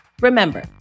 Remember